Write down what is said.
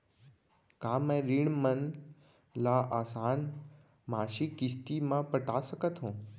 का मैं ऋण मन ल आसान मासिक किस्ती म पटा सकत हो?